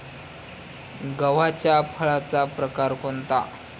गव्हाच्या फळाचा प्रकार कोणता?